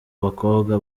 bakobwa